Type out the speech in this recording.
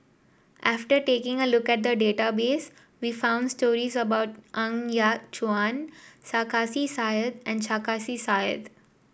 after taking a look at the database we found stories about Ng Yat Chuan Sarkasi Said and Sarkasi Said